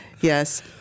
Yes